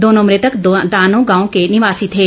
दोनों मृतक दानो गांव के निवासी थे